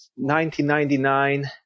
1999